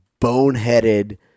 boneheaded